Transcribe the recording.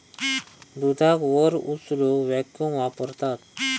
दुधाक वर उचलूक वॅक्यूम वापरतत